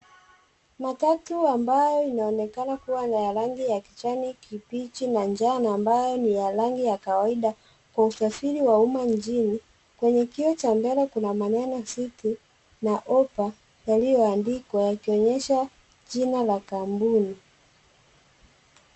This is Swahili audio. Matatu ambayo inaonekana kuwa ya rangi ya kijani kibichi na njano, ambayo ni ya rangi ya kawaida, kwa usafiri wa umma mjini. Kwenye kioo cha mbele kuna maneno Citi na hoppa, yaliyoandikwa yakionyesha jina la kampuni.